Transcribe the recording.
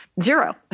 zero